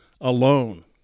alone